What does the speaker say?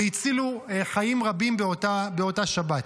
והצילו חיים רבים באותה שבת.